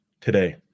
today